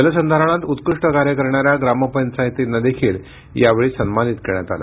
जलसंधारणात उत्कृष्ट कार्य करणाऱ्या ग्रामपंचायतींनाही यावेळी सन्मानित करण्यात आले